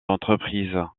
entreprises